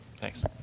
Thanks